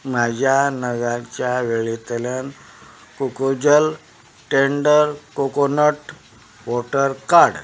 म्हज्या नगांच्या वळेरेंतल्यान कोकोजल टॅन्डर कोकोनट वॉटर काड